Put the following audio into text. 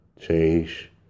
change